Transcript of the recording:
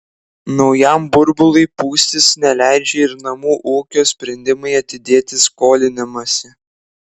naujam burbului pūstis neleidžia ir namų ūkio sprendimai atidėti skolinimąsi